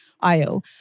IO